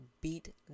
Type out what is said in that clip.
beat